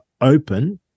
open